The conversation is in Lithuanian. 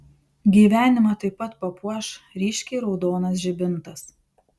gyvenimą taip pat papuoš ryškiai raudonas žibintas